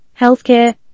healthcare